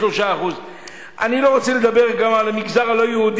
53%. אני לא רוצה לדבר גם על המגזר הלא-יהודי,